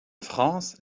france